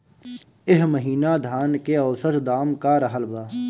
एह महीना धान के औसत दाम का रहल बा?